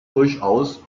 durchaus